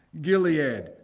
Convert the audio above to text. Gilead